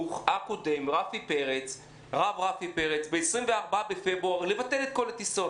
החינוך הקודם הרב רפי פרץ ב-24 בפברואר לבטל את כל הטיסות.